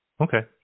Okay